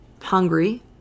hungry